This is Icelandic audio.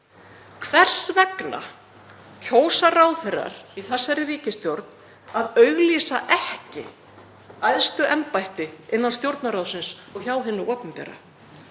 Hvers vegna kjósa ráðherrar í þessari ríkisstjórn að auglýsa ekki æðstu embætti innan Stjórnarráðsins og hjá hinu opinbera?